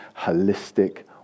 holistic